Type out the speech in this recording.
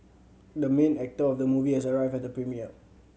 the main actor of the movie has arrived at the premiere